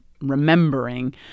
remembering